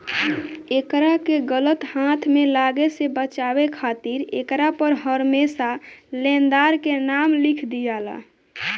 एकरा के गलत हाथ में लागे से बचावे खातिर एकरा पर हरमेशा लेनदार के नाम लिख दियाला